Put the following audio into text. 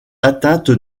atteinte